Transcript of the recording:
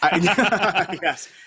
Yes